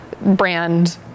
brand